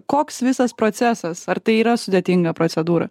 koks visas procesas ar tai yra sudėtinga procedūra